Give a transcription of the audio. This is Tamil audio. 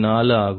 4 ஆகும்